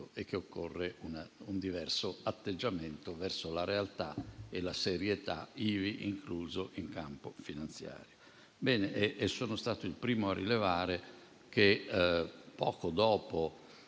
e che occorreva un diverso atteggiamento verso la realtà e la serietà, ivi incluso in campo finanziario. Sono stato anche il primo a rilevare che, poco dopo